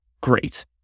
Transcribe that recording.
great